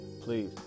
Please